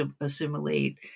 assimilate